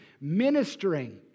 ministering